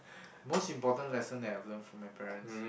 most important lesson that I have learnt from my parents